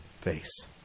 face